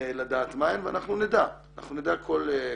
לדעת מה הן, ואנחנו נדע כל שקל.